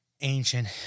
ancient